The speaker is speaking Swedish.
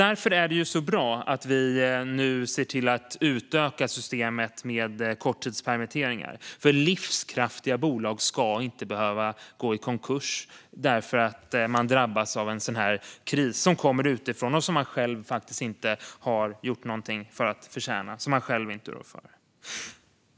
Därför är det bra att vi nu utökar systemet med korttidspermitteringar. Livskraftiga bolag ska inte behöva gå i konkurs därför att de drabbas av en kris som kommer utifrån och som de själva inte rår för eller har gjort något för att förtjäna.